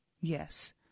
Yes